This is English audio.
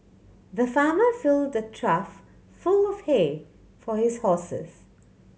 the farmer filled the trough full of hay for his horses